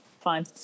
fine